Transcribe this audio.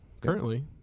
currently